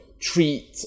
treat